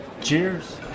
Cheers